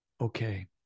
Okay